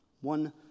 One